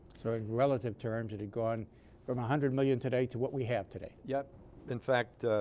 so in relative terms it had gone from a hundred million today to what we have today yet in fact ah.